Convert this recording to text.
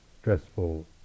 stressful